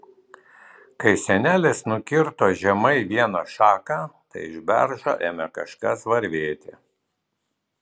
kai senelis nukirto žemai vieną šaką tai iš beržo ėmė kažkas varvėti